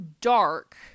dark